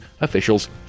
officials